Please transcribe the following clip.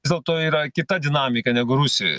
vis dėlto yra kita dinamika negu rusijoj